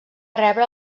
rebre